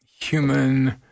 human